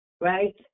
right